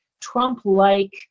Trump-like